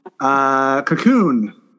Cocoon